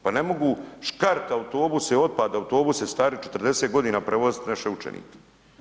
Pa ne mogu škart autobuse otpad autobuse stari 40 godina prevoziti naše učenike.